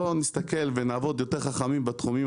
בוא נסתכל ונעבוד יותר בחוכמה בתחומים